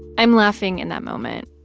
i'm laughing in that moment,